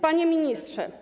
Panie Ministrze!